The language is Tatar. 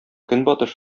көнбатыш